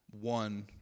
one